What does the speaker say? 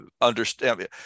understand